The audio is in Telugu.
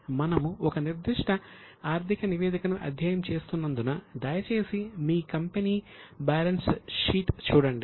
మనము ఒక నిర్దిష్ట ఆర్థిక నివేదికను అధ్యయనం చేస్తున్నందున దయచేసి మీ కంపెనీ బ్యాలెన్స్ షీట్ చూడండి